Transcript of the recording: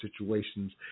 situations